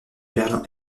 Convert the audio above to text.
berlin